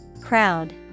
Crowd